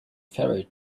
ferry